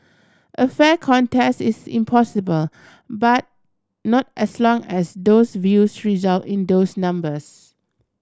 a fair contest is impossible but not as long as those views result in those numbers